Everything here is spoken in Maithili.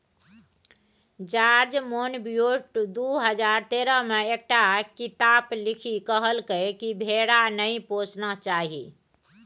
जार्ज मोनबियोट दु हजार तेरह मे एकटा किताप लिखि कहलकै कि भेड़ा नहि पोसना चाही